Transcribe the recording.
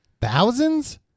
Thousands